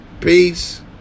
peace